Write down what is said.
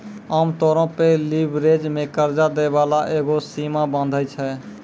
आमतौरो पे लीवरेज मे कर्जा दै बाला एगो सीमा बाँधै छै